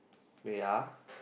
wait ah